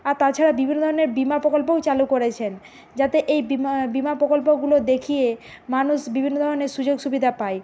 আর তাছাড়া বিভিন্ন ধরনের বিমা প্রকল্পও চালু করেছেন যাতে এই বিমা প্রকল্পগুলো দেখিয়ে মানুষ বিভিন্ন ধরনের সুযোগ সুবিধা পায়